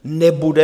Nebude.